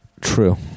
True